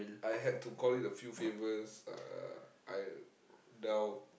I had to call in a few favours uh I down